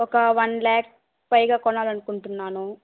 ఒక వన్ ల్యాక్ పైగా కొనాలనుకుంటున్నాను